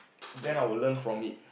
then I will learn from it